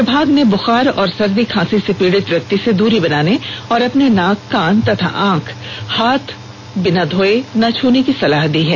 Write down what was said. विभाग ने बुखार और सर्दी खांसी से पीड़ित व्यक्ति से दूरी बनाने और अपने नाक कान और आंख ना छूने की सलाह दी है